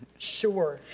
sure.